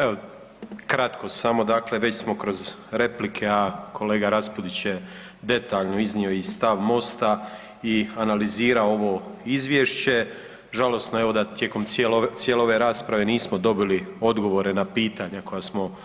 Evo kratko samo dakle, već smo kroz replike, a kolega Raspudić je detaljno iznio i stav MOST-a i analizirao ovo izvješće, žalosno da evo tijekom cijele ove rasprave nismo dobili odgovore na pitanja koja smo